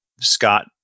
Scott